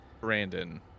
Brandon